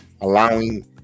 allowing